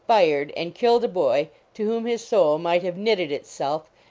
fired, and killed a boy to whom his soul might have knitted itself,